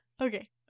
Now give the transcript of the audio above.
Okay